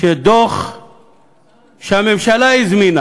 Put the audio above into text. שדוח שהממשלה הזמינה,